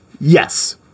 Yes